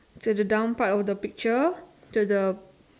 to the down part of the picture to the